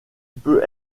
peut